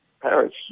Paris